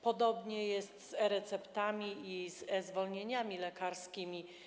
Podobnie jest z e-receptami i e-zwolnieniami lekarskimi.